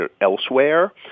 elsewhere